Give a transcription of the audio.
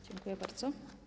Dziękuję bardzo.